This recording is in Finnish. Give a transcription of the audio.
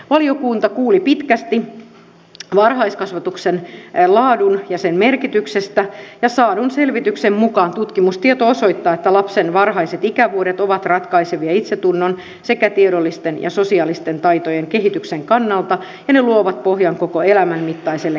valiokunta kuuli pitkästi varhaiskasvatuksen ja sen laadun merkityksestä ja saadun selvityksen mukaan tutkimustieto osoittaa että lapsen varhaiset ikävuodet ovat ratkaisevia itsetunnon sekä tiedollisten ja sosiaalisten taitojen kehityksen kannalta ja ne luovat pohjan koko elämän mittaiselle kehitykselle